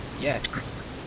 Yes